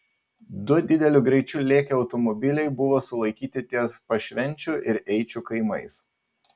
du dideliu greičiu lėkę automobiliai buvo sulaikyti ties pašvenčių ir eičių kaimais